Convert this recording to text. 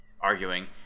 arguing